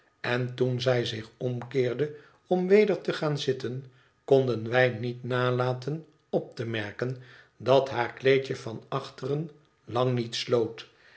én toen zij zich omkeerde om weder te gaan zitten konden wij niet nalaten op te merken dat haar kleedje van achteren lang niet sloot